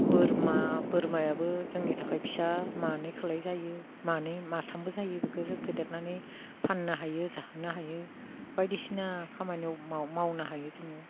बोरमा बोरमायाबो जोंनि थाखाय फिसा मानै खालाय जायो मानै माथामबो जायो बेखौ जों फेदेरनानै फाननो हायो जाहोनो हायो बायदिसिना खामानियाव मावनो हायो जोङो